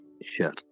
Sure